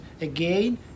again